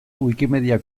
wikimedia